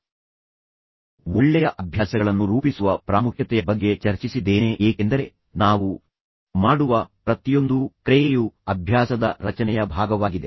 ಕಳೆದ ಉಪನ್ಯಾಸದಲ್ಲಿ ನಾನು ಒಳ್ಳೆಯ ಅಭ್ಯಾಸಗಳನ್ನು ರೂಪಿಸುವ ಪ್ರಾಮುಖ್ಯತೆಯ ಬಗ್ಗೆ ಚರ್ಚಿಸಿದ್ದೇನೆ ಏಕೆಂದರೆ ನಾವು ಮಾಡುವ ಪ್ರತಿಯೊಂದೂ ಕ್ರೆಯೆಯು ಅಭ್ಯಾಸದ ರಚನೆಯ ಭಾಗವಾಗಿದೆ